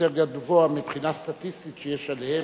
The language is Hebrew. יותר גבוה, מבחינה סטטיסטית, שיש עליהם?